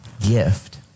gift